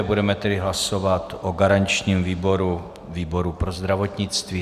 Budeme tedy hlasovat o garančním výboru výboru pro zdravotnictví.